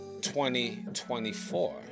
2024